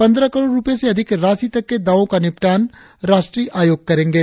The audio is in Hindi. पंद्रह करोड़ रुपये से अधिक राशी तक के दावों का निपटान राष्ट्रीय आयोग करेंगे